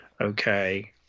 okay